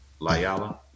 Layala